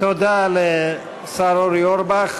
תודה לשר אורי אורבך.